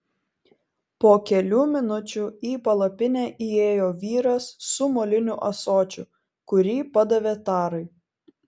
po kelių minučių į palapinę įėjo vyras su moliniu ąsočiu kurį padavė tarai